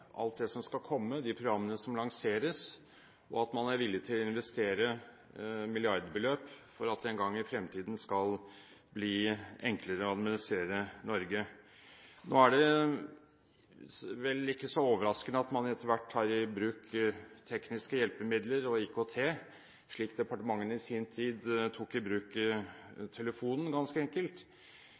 alt det som skal komme, de programmene som lanseres, og at man er villig til å investere milliardbeløp for at det en gang i fremtiden skal bli enklere å administrere Norge. Nå er det vel ikke så overraskende at man etter hvert tar i bruk tekniske hjelpemidler og IKT, slik departementene i sin tid tok i bruk telefonen, ganske enkelt.